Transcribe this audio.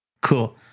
Cool